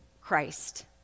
christ